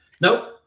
Nope